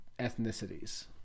ethnicities